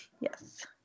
Yes